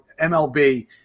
MLB